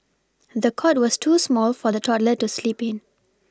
the cot was too small for the toddler to sleep in